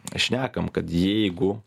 šnekam kad jeigu